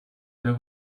der